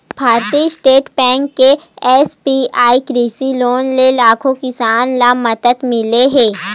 भारतीय State Bank के SBI कृषि लोन ले लाखो किसान ल मदद मिले हे